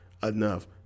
enough